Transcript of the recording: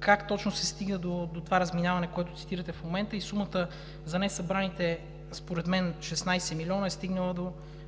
как точно се стигна до това разминаване, което цитирате в момента, и сумата за несъбраните, според мен, 16 млн., почти 17